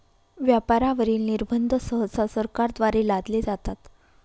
व्यापारावरील निर्बंध सहसा सरकारद्वारे लादले जातात